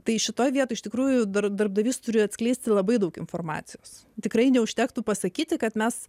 tai šitoje vietoj iš tikrųjų dar darbdavys turi atskleisti labai daug informacijos tikrai neužtektų pasakyti kad mes